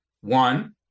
one